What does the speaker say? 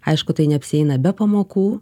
aišku tai neapsieina be pamokų